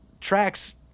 tracks